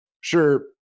sure